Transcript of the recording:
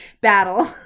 battle